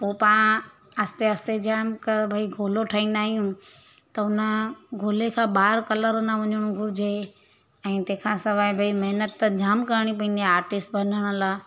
पोइ पा आस्ते आस्ते जाम भई गोलो ठाहींदा आहियूं त हुन गोले खां ॿाहिर कलर न वञिणो घुरिजे ऐं तंहिंखा सवाइ भई महिनत त जाम करणी पवंदी आहे आर्टिस्ट बणिजण लाइ